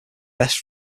best